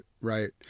right